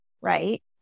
right